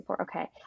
Okay